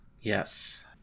yes